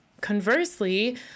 Conversely